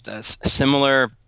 similar